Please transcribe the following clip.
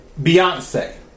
Beyonce